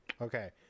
Okay